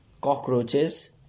cockroaches